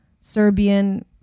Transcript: serbian